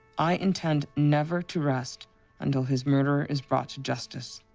i intend never to rest until his murderer is brought to justice.